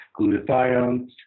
glutathione